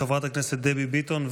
חברת הכנסת דבי ביטון.